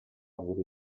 wurde